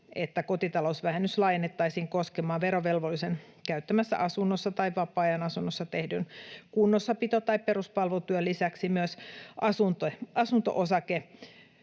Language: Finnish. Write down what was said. että kotitalousvähennys laajennettaisiin koskemaan verovelvollisen käyttämässä asunnossa tai vapaa-ajan asunnossa tehdyn kunnossapito- tai peruspalvelutyön lisäksi myös asunto-osakeyhtiöissä